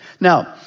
Now